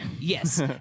yes